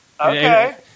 Okay